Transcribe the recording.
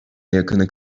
yakını